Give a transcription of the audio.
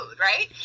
right